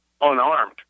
unarmed